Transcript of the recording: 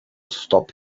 stop